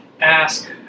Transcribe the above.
ask